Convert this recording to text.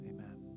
Amen